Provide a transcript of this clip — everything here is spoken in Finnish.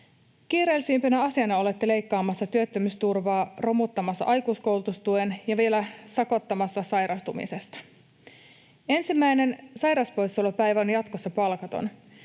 Kiireellisimpänä asiana olette leikkaamassa työttömyysturvaa, romuttamassa aikuiskoulutustuen ja vielä sakottamassa sairastumisesta. Ensimmäinen sairauspoissaolopäivä on jatkossa palkaton.